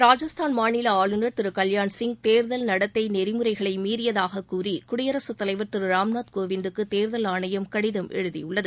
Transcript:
ராஜஸ்தான் மாநில ஆளுநர் திரு கல்யாண் சிங் தேர்தல் நடத்தை நெறிமுறைகளை மீறியதாகக் கூறி குடியரசுத் தலைவர் திரு ராம்நாத் கோவிந்துக்கு தேர்தல் ஆணையம் கடிதம் எழுதியுள்ளது